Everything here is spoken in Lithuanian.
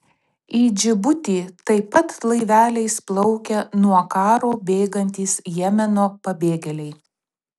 į džibutį taip pat laiveliais plaukia nuo karo bėgantys jemeno pabėgėliai